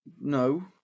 No